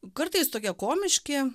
kartais tokie komiški